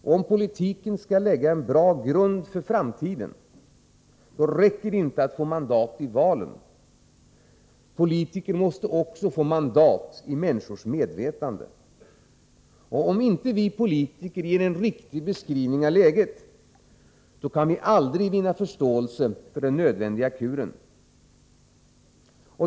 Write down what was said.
Skall politiken lägga en bra grund för framtiden, räcker det inte att vi får mandat i valen. Politiker måste också få mandat i människornas medvetande. Om inte vi politiker ger en riktig beskrivning av läget, kan vi aldrig vinna förståelse för den nödvändiga kuren.